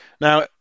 Now